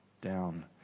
down